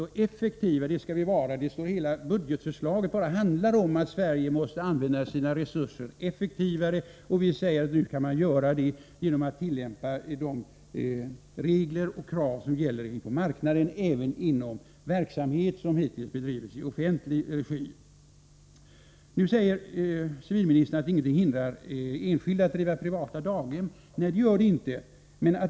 Och hela budgetförslaget handlar om att Sverige måste använda sina resurser mer effektivt — och vi säger att man kan göra det genom att även inom verksamhet som hittills bedrivits i offentlig regi tillämpa samma regler som gäller på marknaden. Civilministern säger att ingenting hindrar enskilda från att driva privata daghem. Nej, det är det ingenting som hindrar.